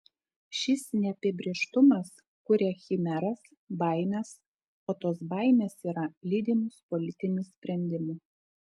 šis neapibrėžtumas kuria chimeras baimes o tos baimės yra lydimos politinių sprendimų